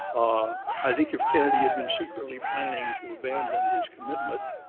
i think if kennedy had been secretly planning to abandon his commitment,